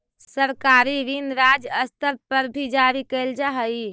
सरकारी ऋण राज्य स्तर पर भी जारी कैल जा हई